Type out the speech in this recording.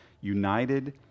united